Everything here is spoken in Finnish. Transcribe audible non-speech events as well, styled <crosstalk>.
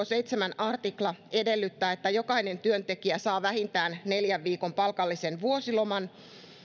<unintelligible> seitsemäs artikla edellyttää että jokainen työntekijä saa vähintään neljän viikon palkallisen vuosiloman